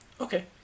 Okay